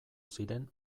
ziren